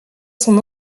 son